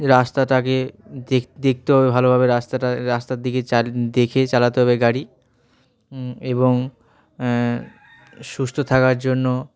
রাস্তাটাকে দেখ দেখতে হবে ভালোভাবে রাস্তাটা রাস্তার দিকে চাল দেখে চালাতে হবে গাড়ি হুম এবং সুস্থ থাকার জন্য